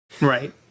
Right